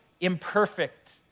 imperfect